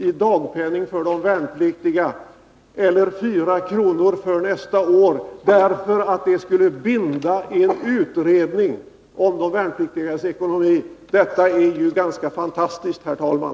i dagpenning för de värnpliktiga eller 4 kronors ökning för nästa år — därför att det skulle binda en utredning om de värnpliktigas ekonomi. Detta är ganska fantastiskt, herr talman!